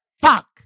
fuck